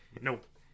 Nope